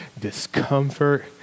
discomfort